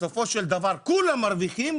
בסופו של דבר כולם מרוויחים,